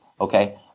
Okay